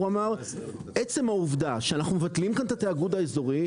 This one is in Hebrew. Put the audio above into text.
הוא אמר שעצם העובדה שאנחנו מבטלים כאן את התיאגוד האזורי,